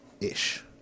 ish